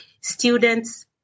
Students